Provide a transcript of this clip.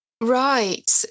Right